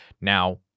Now